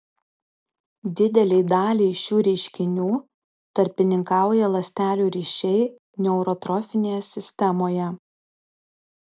didelei daliai šių reiškinių tarpininkauja ląstelių ryšiai neurotrofinėje sistemoje